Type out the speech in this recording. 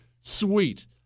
sweet